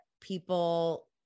people